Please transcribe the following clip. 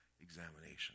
examination